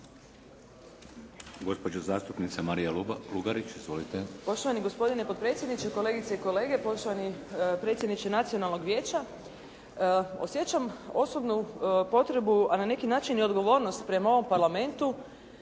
Gospođa zastupnica Marija Lugarić. Izvolite. **Lugarić, Marija (SDP)** Poštovani gospodine potpredsjedniče, kolegice i kolege, poštovani predsjedniče Nacionalnog vijeća osjećam osobnu potrebu a na neki način i odgovornost prema ovom Parlamentu